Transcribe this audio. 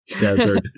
Desert